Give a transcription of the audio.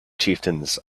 chieftains